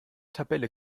tabelle